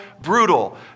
brutal